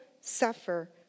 suffer